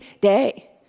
day